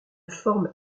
forme